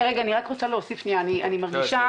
אני מרגישה